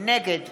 נגד